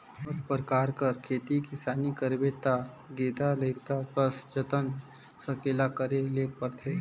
कोनोच परकार कर खेती किसानी करबे ता गेदा लरिका कस जतन संकेला करे ले परथे